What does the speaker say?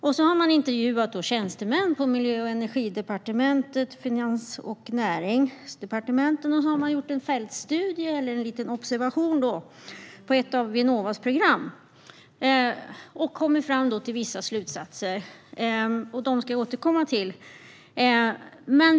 Man har intervjuat tjänstemän på Miljö och energidepartementet, Finansdepartementet och Näringsdepartementet. Och man har gjort en fältstudie eller en liten observation när det gäller ett av Vinnovas program. Man har då kommit fram till vissa slutsatser. Jag ska återkomma till dem.